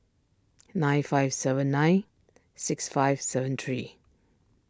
nine five seven nine six five seven three